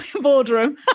boardroom